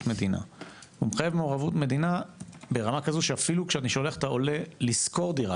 מדינה ברמה כזו שאפילו שאני שולח את העולה לשכור דירה,